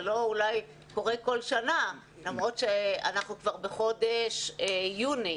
זה לא קורה כל שנה, למרות שאנחנו כבר בחודש יוני.